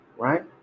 Right